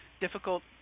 difficult